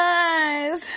eyes